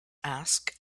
ask